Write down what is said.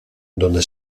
donde